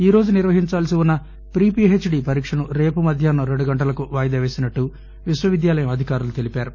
ఈరోజు నిర్వహించాల్సిన pre P H D పరీక్షను రేపు మధ్యాహ్నం రెండు గంటలకు వాయిదా పేసినట్లు విశ్వవిద్యాలయం అధికారులు తెలిపారు